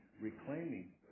reclaiming